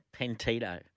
Pentito